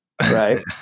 Right